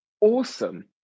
Awesome